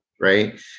right